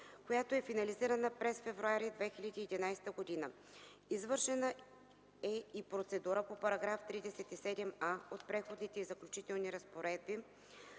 която е финализирана през февруари на 2011 г. Извършена е и процедурата по § 37а от Преходните и заключителни разпоредби